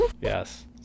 yes